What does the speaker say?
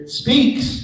speaks